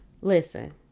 Listen